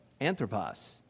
anthropos